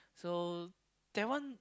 so that one